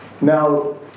Now